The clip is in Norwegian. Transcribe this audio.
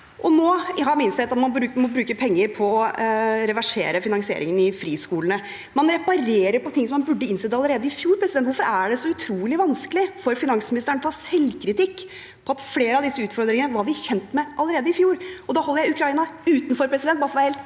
nå har man innsett at man må bruke penger på å reversere finansieringen i friskolene. Man reparerer på ting som man burde innsett allerede i fjor. Hvorfor er det så utrolig vanskelig for finansministeren å ta selvkritikk på at vi var kjent med flere av disse utfordringene allerede i fjor? Og da holder jeg Ukraina utenfor, bare for å være helt